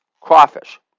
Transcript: Crawfish